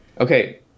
Okay